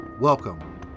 Welcome